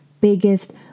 biggest